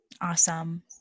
Awesome